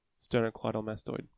Sternocleidomastoid